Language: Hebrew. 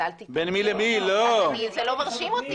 אז זה לא מרשים אותי.